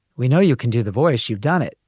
we know you can do the voice. you've done it.